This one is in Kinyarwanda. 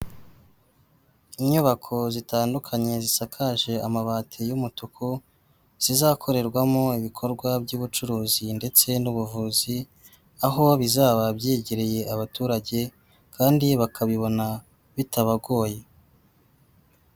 Inyubako zitandukanye zisakaje amabati y'umutuku zizakorerwamo ibikorwa by'ubucuruzi ndetse n'ubuvuzi aho bizaba byegereye abaturage kandi bakabibona bitabagoye.